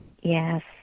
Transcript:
Yes